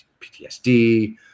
ptsd